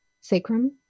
sacrum